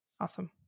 Awesome